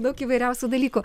daug įvairiausių dalykų